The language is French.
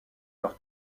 leur